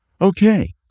Okay